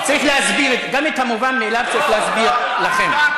צריך להסביר, גם את המובן מאליו צריך להסביר לכם.